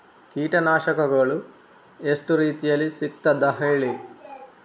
ಕೀಟನಾಶಕಗಳು ಎಷ್ಟು ರೀತಿಯಲ್ಲಿ ಸಿಗ್ತದ ಹೇಳಿ